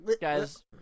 Guys